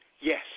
yes